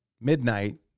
midnight